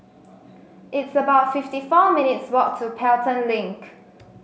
it's about fifty four minutes' walk to Pelton Link